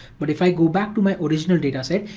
but if i go back to my original data set,